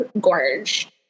gorge